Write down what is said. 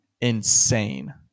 insane